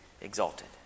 exalted